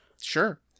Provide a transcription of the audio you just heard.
Sure